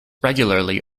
regularly